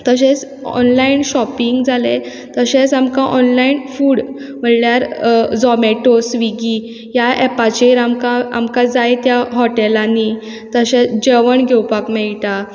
तशेंच online shopping जालें तशेंच आमकां ऑनलायन फूड म्हळ्ळ्यार झॉमॅटो स्विगी ह्या एपाचेर आमकां आमकां जाय त्या हॉटॅलांनी तशें जेवण घेवपाक मेयटा